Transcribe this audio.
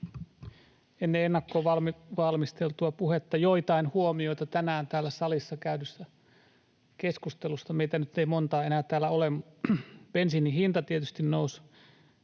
Ennen ennakkovalmisteltua puhetta joitain huomioita tänään täällä salissa käydystä keskustelusta. Meitä nyt ei montaa enää täällä ole. Bensiinin hinta tietysti nousi